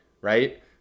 Right